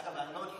אגב, אני לא מכיר